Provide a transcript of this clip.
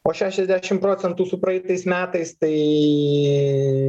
o šešiasdešim procentų su praeitais metais tai